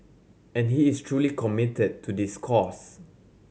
and he is truly committed to this cause